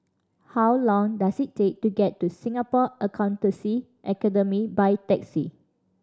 how long does it take to get to Singapore Accountancy Academy by taxi